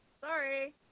Sorry